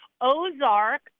Ozark